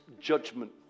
judgment